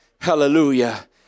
Hallelujah